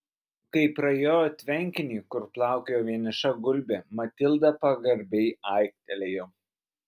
kai prajojo tvenkinį kur plaukiojo vieniša gulbė matilda pagarbiai aiktelėjo